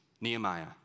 Nehemiah